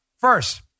First